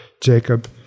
Jacob